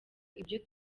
ibyo